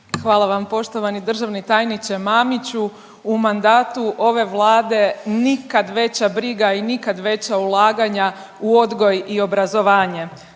Hvala vam. Poštovani državni tajniče Mamiću u mandatu ove Vlade nikad veća briga i nikad veća ulaganja u odgoj i obrazovanje.